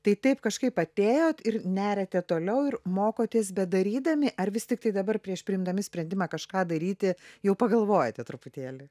tai taip kažkaip atėjot ir neriate toliau ir mokotės bedarydami ar vis tiktai dabar prieš priimdami sprendimą kažką daryti jau pagalvojate truputėlį